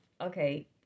okay